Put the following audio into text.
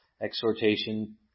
exhortation